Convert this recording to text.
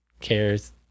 care's